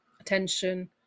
attention